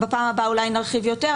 בפעם הבאה אולי נרחיב יותר,